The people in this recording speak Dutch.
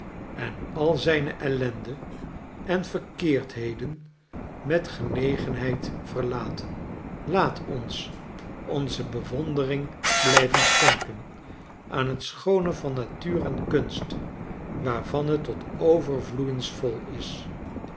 en al zijne ellende en verkeerdheden met genegenheid verlaten laat ons onze bewonderingblijvenschenkenaanhet schoone van natuur en kunst waarvan het tot overvloeiens vol is